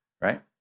right